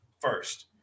first